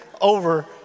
over